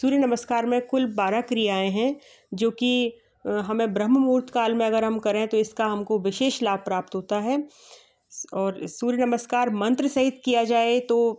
सूर्य नमस्कार में कुल बारह क्रियाएँ हैं जोकि हमें ब्रह्ममुहूर्त काल मे अगर हम करें तो इसका हमे विशेष लाभ प्राप्त होता है और सूर्य नमस्कार मंत्र सहित किया जाए तो